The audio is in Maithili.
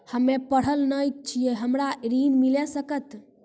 हम्मे पढ़ल न छी हमरा ऋण मिल सकत?